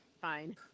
fine